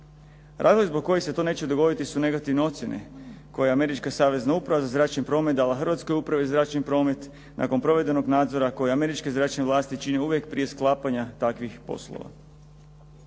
Razlozi zbog kojih se to neće dogoditi su negativne ocjene koje je američka savezna uprava za zračni promet dala hrvatskoj upravi zračni promet nakon provedenog nadzora koji američke zračne vlasti čine uvijek prije sklapanja takvih poslova.